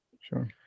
Sure